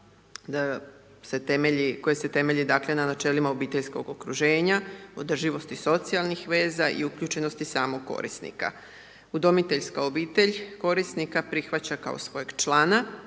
koje se temelji, dakle, na načelima obiteljskog okruženja, održivosti socijalnih veza i uključenosti samog korisnika. Udomiteljska obitelj korisnika prihvaća kao svojeg člana,